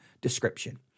description